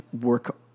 work